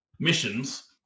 Missions